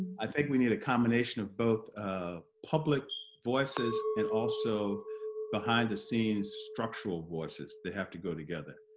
i think we need a combination of both ah public voices and also behind the scenes structural voices they have to go together